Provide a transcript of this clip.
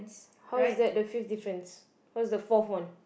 how is that the fifth difference what's the fourth one